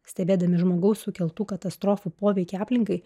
stebėdami žmogaus sukeltų katastrofų poveikį aplinkai